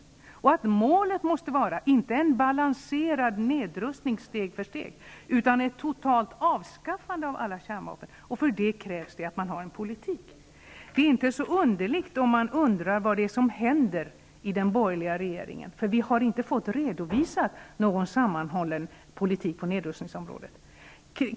Är det inte så att målet måste vara inte en balanserad nedrustning steg för steg, utan ett totalt avskaffande av alla kärnvapen? För att detta skall bli möjligt är det nödvändigt att man har en politik. Det är inte så underligt att man undrar vad som händer i den borgerliga regeringen, eftersom vi inte har fått redovisat någon sammanhållen politik på nedrustningsområdet.